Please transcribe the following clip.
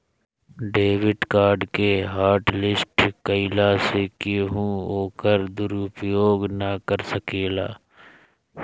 debit card के hotlist कईला से केहू ओकर दुरूपयोग ना कर सकेला